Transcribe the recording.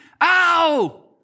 Ow